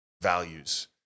values